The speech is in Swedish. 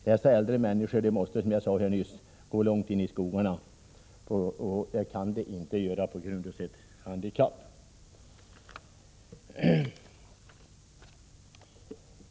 Dessa äldre människor kan inte gå långt in i skogarna, på grund av sitt handikapp.